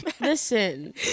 Listen